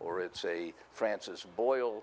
or it's a francis boyle